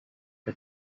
que